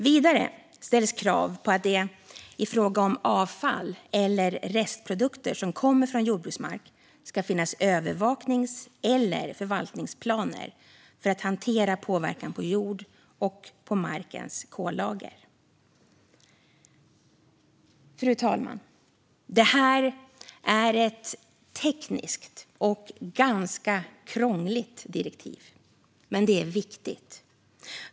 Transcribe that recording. Vidare ställs krav på att det i fråga om avfall eller restprodukter som kommer från jordbruksmark ska finnas övervaknings eller förvaltningsplaner för att hantera påverkan på jord och markens kollager. Fru talman! Det här är ett tekniskt och ganska krångligt direktiv, men det är viktigt.